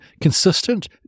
consistent